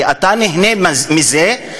כי אתה נהנה מזה,